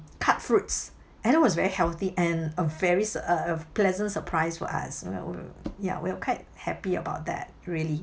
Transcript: cut fruits and it was very healthy and a very s~ a a pleasant surprise for us ya we were ya we were quite happy about that really